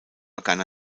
begann